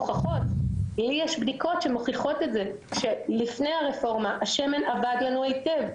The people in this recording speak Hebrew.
ויש לי בדיקות שמוכיחות את זה שלפני הרפורמה השמן עבד היטב,